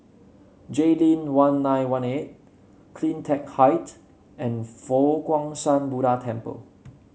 Jayleen one nine one eight CleanTech Height and Fo Guang Shan Buddha Temple